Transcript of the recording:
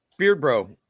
Beardbro